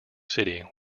city